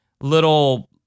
little